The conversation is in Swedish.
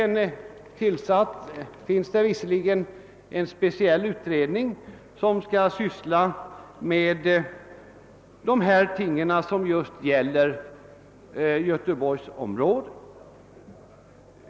Det finns en speciell utredning som skall syssla med de här frågorna just för Göteborgsområdet.